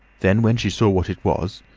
then, when she saw what it was,